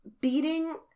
beating